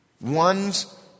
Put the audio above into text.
One's